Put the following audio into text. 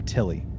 Tilly